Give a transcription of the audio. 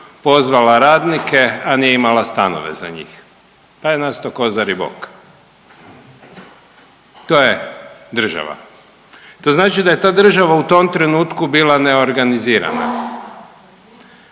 pozvala radnike, a nije imala stanove za njih, pa je nastao Kozari bok. To je država. To znači da je ta država u tom trenutku bila neorganizirana,